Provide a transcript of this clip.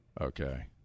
Okay